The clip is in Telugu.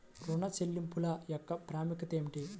ఋణ చెల్లింపుల యొక్క ప్రాముఖ్యత ఏమిటీ?